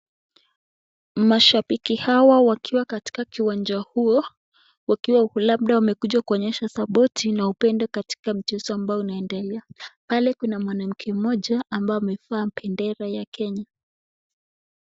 Mashabiki hawa wakiwa katika kiwanja huo wakiwa labda wamekuja kuonyesha sapoti na upendo katika mchezo ambao unaendelea. Pale kuna mwanamke mmoja ambao amevaa bendera ya Kenya.